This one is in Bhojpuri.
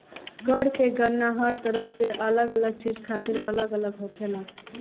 कर के गणना हर तरह के अलग अलग चीज खातिर अलग अलग होखेला